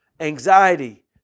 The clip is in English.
Anxiety